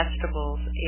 vegetables